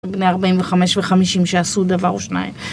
בני 45 ו־50 שעשו דבר או שניים.